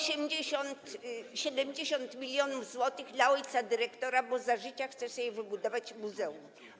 70 mln zł dla ojca dyrektora, bo za życia chce sobie wybudować muzeum.